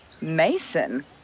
Mason